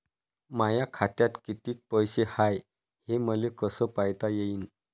माया खात्यात कितीक पैसे हाय, हे मले कस पायता येईन?